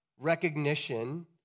recognition